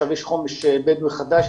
יש חומש בדואי חדש,